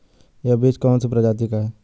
यह बीज कौन सी प्रजाति का है?